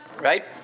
right